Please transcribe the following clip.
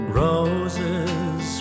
roses